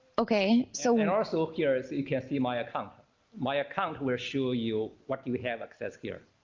okay so in also appears you can see my account my account will show you what you have access here